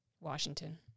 Washington